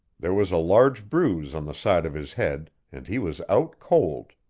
there was a large bruise on the side of his head and he was out cold,